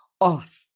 off